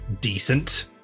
decent